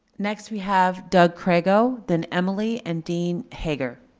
next we have doug crageo than emily and dean hoegger.